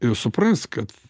ir supras kad